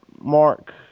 Mark